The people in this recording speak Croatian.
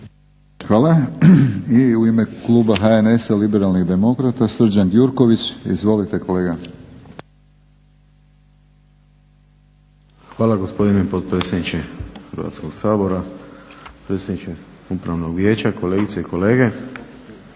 Hvala. I u ime kluba HNS-a liberalnih demokrata Srđan Gjurković. Izvolite kolega. **Gjurković, Srđan (HNS)** Hvala gospodine potpredsjedniče Hrvatskog sabora, predsjedniče Upravnog vijeća, kolegice i kolege.